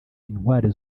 intwali